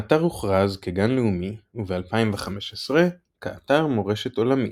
האתר הוכרז כגן לאומי וב-2015 כאתר מורשת עולמי.